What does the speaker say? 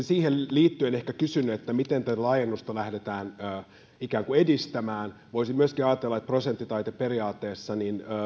siihen liittyen ehkä kysynyt miten tätä laajennusta lähdetään ikään kuin edistämään voisi myöskin ajatella että kun prosenttitaideperiaatteessa